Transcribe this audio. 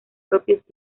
propios